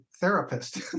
therapist